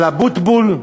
על אבוטבול?